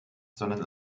sondern